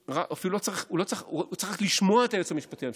הוא צריך רק לשמוע את היועץ המשפטי לממשלה,